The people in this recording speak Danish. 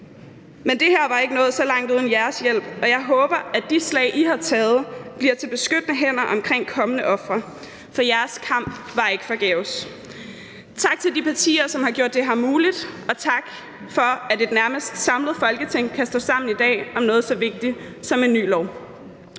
Men det her var ikke nået så langt uden jeres hjælp, og jeg håber, at de slag, som I har taget, bliver til beskyttende hænder omkring kommende ofre, for jeres kamp var ikke forgæves. Tak til de partier, som har gjort det her muligt. Og tak for, at et nærmest samlet Folketing kan stå sammen i dag om noget så vigtigt som en ny lov.